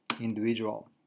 individual